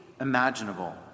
imaginable